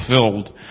fulfilled